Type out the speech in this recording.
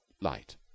light